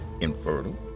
infertile